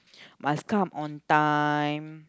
must come on time